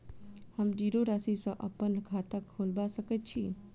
हम जीरो राशि सँ अप्पन खाता खोलबा सकै छी?